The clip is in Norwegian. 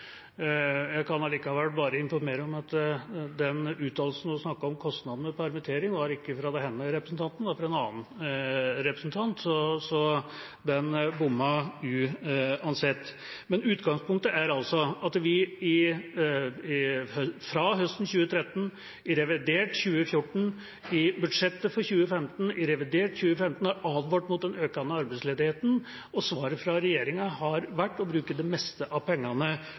Jeg kan likevel bare informere om at den uttalelsen hun snakket om, kostnaden ved permittering, ikke var fra denne representanten. Det var fra en annen representant. Den bommet uansett. Utgangspunktet er altså at vi fra høsten 2013, i revidert nasjonalbudsjett i 2014, i budsjettet for 2015 og i revidert nasjonalbudsjett 2015 har advart mot den økende arbeidsledigheten. Og svaret fra regjeringa har vært å bruke det meste av pengene